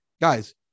Guys